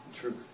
truth